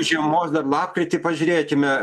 žiemos dar lapkritį pažiūrėkime